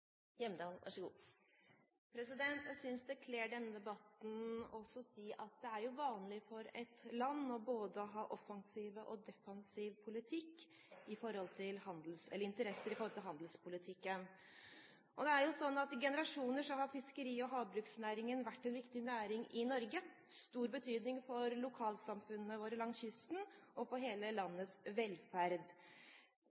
Hjemdal – til siste oppfølgingsspørsmål. Jeg synes det kler denne debatten å si at det er vanlig for et land å ha både offensiv og defensiv politikk, eller interesser, når det gjelder handelspolitikken. Fiskeri- og havbruksnæringen har vært en viktig næring i Norge i generasjoner, den har hatt stor betydning for lokalsamfunnene våre langs kysten og for hele